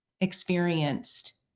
experienced